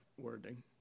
wording